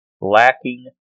lacking